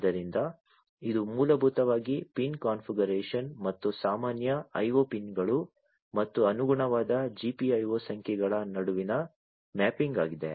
ಆದ್ದರಿಂದ ಇದು ಮೂಲಭೂತವಾಗಿ ಪಿನ್ ಕಾನ್ಫಿಗರೇಶನ್ ಮತ್ತು ಸಾಮಾನ್ಯ IO ಪಿನ್ಗಳು ಮತ್ತು ಅನುಗುಣವಾದ GPIO ಸಂಖ್ಯೆಗಳ ನಡುವಿನ ಮ್ಯಾಪಿಂಗ್ ಆಗಿದೆ